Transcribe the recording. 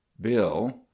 bill